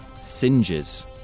Singes